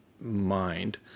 mind